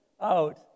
out